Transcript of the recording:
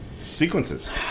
sequences